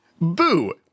boo